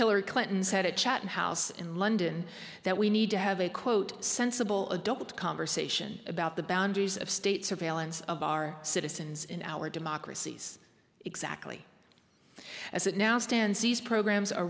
killer clinton said it chatham house in london that we need to have a quote sensible adopt a conversation about the boundaries of state surveillance of our citizens in our democracies exactly as it now stands these programs are